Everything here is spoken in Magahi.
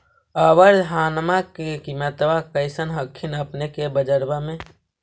अबर धानमा के किमत्बा कैसन हखिन अपने के बजरबा में?